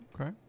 Okay